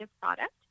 product